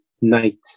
night